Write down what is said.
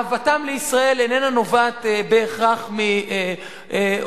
אהבתם לישראל איננה נובעת בהכרח מאותם